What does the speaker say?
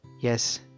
Yes